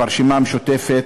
ברשימה המשותפת,